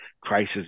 crisis